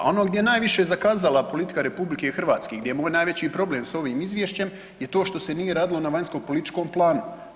Ono gdje je naviše zakazala politika RH i gdje je moj najveći problem s ovim izvješćem je to što se nije radilo na vanjskopolitičkom planu.